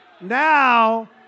now